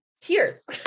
Tears